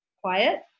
Quiet